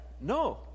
No